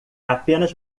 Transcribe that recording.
apenas